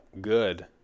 good